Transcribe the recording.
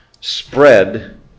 spread